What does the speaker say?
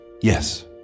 Yes